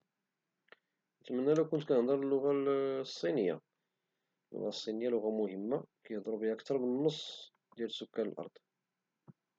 نتمنى لو كنت كنهدر اللغة الصينية لأن اللغة الصينية لغة مهمة كيهدرو بها أكثر من النصف ديال سكان الأرض